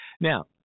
Now